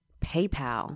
paypal